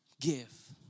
give